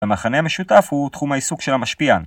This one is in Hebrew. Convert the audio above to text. המחנה המשותף הוא תחום העיסוק של המשפיע.